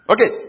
Okay